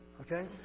Okay